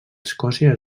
escòcia